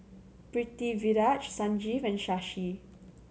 Pritiviraj Sanjeev and Shashi